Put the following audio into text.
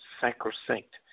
sacrosanct